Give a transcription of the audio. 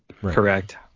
Correct